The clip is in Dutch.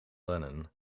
lennon